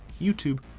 YouTube